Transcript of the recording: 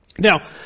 Now